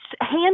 hand